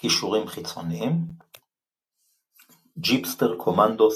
קישורים חיצוניים ג'יפסטר קומנדו,